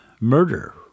murder